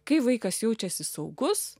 kai vaikas jaučiasi saugus